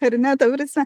ar ne ta prasme